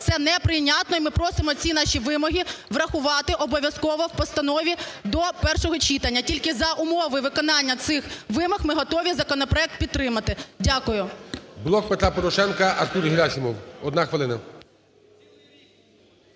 Це неприйнятно, і ми просимо ці наші вимоги врахувати обов'язково в постанові до першого читання. Тільки за умови виконання цих вимог ми готові законопроект підтримати. Дякую. ГОЛОВУЮЧИЙ. "Блок Петра Порошенка", Артур Герасимов, одна хвилина.